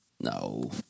No